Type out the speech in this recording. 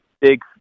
big